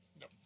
No